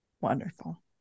Wonderful